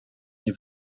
nie